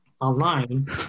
online